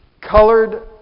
colored